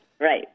Right